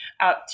out